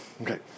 Okay